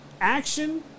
action